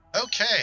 Okay